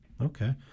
Okay